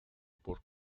por